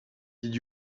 did